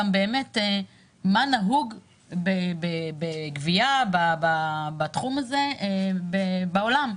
מה נהוג בגבייה בתחום הזה בעולם.